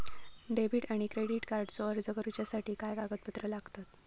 Debit आणि credit कार्डचो अर्ज करुच्यासाठी काय कागदपत्र लागतत?